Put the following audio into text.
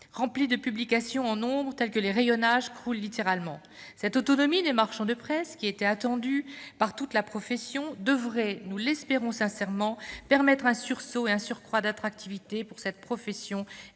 remplis de publications en nombre tel que les rayonnages croulent littéralement. Cette autonomie des marchands de presse, que toute la profession attendait, devrait- nous l'espérons sincèrement -permettre un sursaut et un surcroît d'attractivité pour cette profession, et